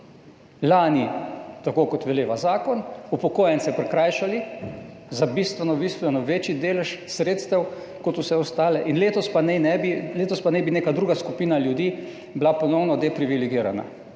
Lani, tako kot veleva zakon, ste upokojence prikrajšali za bistveno, bistveno večji delež sredstev kot vse ostale, letos pa naj bi bila neka druga skupina ljudi ponovno depriviligirana